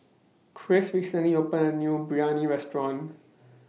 Christ recently opened A New Biryani Restaurant